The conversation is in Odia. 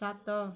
ସାତ